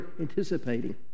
anticipating